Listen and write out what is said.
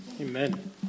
amen